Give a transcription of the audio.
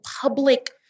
public